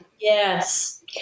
Yes